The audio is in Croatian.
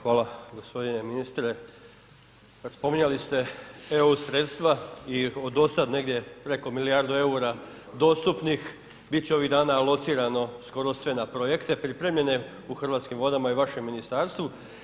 Hvala, gospodine ministre spominjali ste EU sredstva i do sada negdje preko milijardu EUR-a dostupnih bit će ovih dana locirano skoro sve na projekte pripremljene u Hrvatskim vodama i vašem ministarstvu.